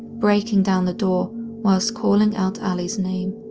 breaking down the door whilst calling out allie's name.